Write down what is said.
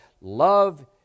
love